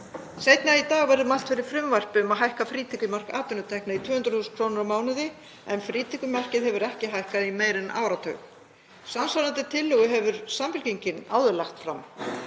Seinna í dag verður mælt fyrir frumvarpi um að hækka frítekjumark atvinnutekna í 200.000 kr. á mánuði, en frítekjumarkið hefur ekki hækkað í meira en áratug. Samsvarandi tillögu hefur Samfylkingin áður lagt fram